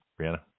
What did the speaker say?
Brianna